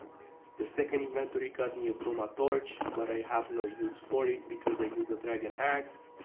the second inventory got me a bruma torch but i have no use for it because i use a dragon axe